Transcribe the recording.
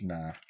Nah